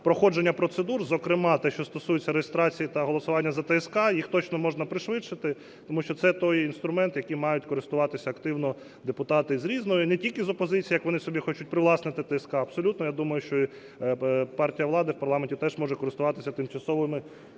проходження процедур, зокрема те, що стосується реєстрації та голосування за ТСК, їх точно можна пришвидшити. Тому що це той інструмент, яким мають користуватися активно депутати з різних, не тільки з опозиції, як вони собі хочуть привласнити ТСК, а абсолютно я думаю, що партія влади в парламенті теж може користуватися тимчасовими